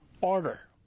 order